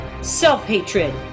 self-hatred